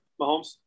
Mahomes